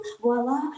voila